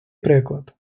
приклад